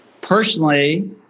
Personally